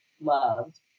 loved